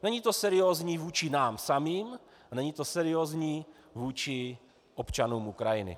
Není to seriózní vůči nám samým a není to seriózní vůči občanům Ukrajiny.